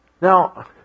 Now